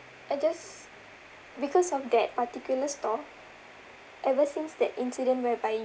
I just because of that particular store ever since that incident whereby